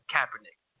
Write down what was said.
Kaepernick